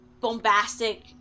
bombastic